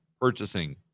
purchasing